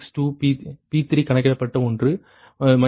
62 P3 கணக்கிடப்பட்ட ஒன்று 0